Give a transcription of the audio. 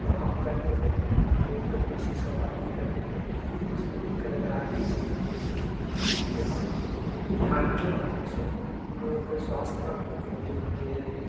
प्र हम करते थे लोगों के बीच इसका बाते भी करते थे कोई सी भी दिक्कत अगर आ रही है लोगों के बीच तो हम ध्यान के माध्यम से लोगों के स्वास्थ का और लोगों के